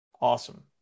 Awesome